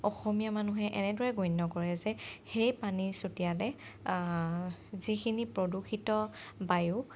অসমীয়া মানুহে এনেদৰে গণ্য কৰে যে সেই পানী চটীয়ালে যিখিনি প্ৰদূষিত বায়ু